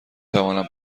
توانم